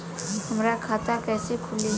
हमार खाता कईसे खुली?